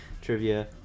trivia